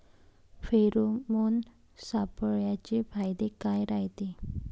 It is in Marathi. फेरोमोन सापळ्याचे फायदे काय रायते?